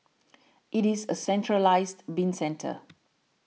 it is a centralised bin centre